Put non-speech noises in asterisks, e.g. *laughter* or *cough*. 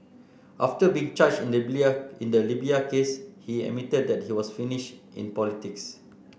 after being charged in the *unintelligible* in the Libya case he admitted that he was finished in politics